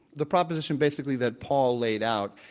the proposition basically that paul laid out,